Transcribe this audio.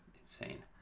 Insane